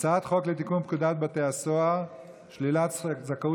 הצעת חוק לתיקון פקודת בתי הסוהר (שלילת זכאות